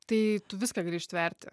tai tu viską gali ištverti